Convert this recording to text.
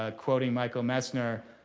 ah quoting michael messner,